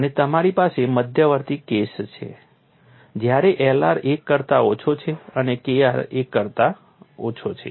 અને તમારી પાસે મધ્યવર્તી કેસ છે જ્યારે Lr 1 કરતા ઓછો છે અને Kr 1 કરતા ઓછો છે